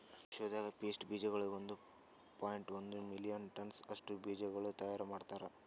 ವಿಶ್ವದಾಗ್ ಪಿಸ್ತಾ ಬೀಜಗೊಳ್ ಒಂದ್ ಪಾಯಿಂಟ್ ಒಂದ್ ಮಿಲಿಯನ್ ಟನ್ಸ್ ಅಷ್ಟು ಬೀಜಗೊಳ್ ತೈಯಾರ್ ಮಾಡ್ತಾರ್